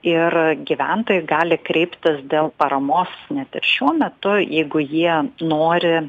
ir gyventojai gali kreiptis dėl paramos net ir šiuo metu jeigu jie nori